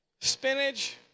spinach